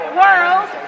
world